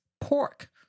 pork